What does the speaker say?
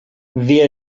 wer